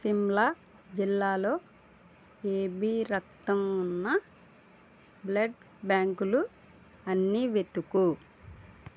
సిమ్లా జిల్లాలో ఏబీ రక్తం ఉన్న బ్లడ్ బ్యాంకులు అన్నీ వెతుకు